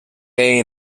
ell